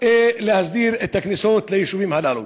להסדיר את הכניסות ליישובים הללו.